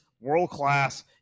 world-class